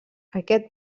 aquest